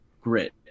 grit